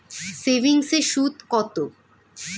সেভিংসে সুদ কত?